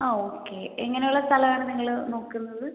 ആ ഓക്കെ എങ്ങനെയുള്ള സ്ഥലമാണ് നിങ്ങൾ നോക്കുന്നത്